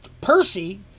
Percy